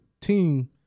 team